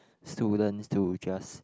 students to just